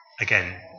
again